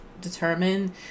determine